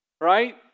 Right